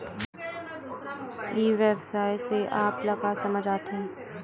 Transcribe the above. ई व्यवसाय से आप ल का समझ आथे?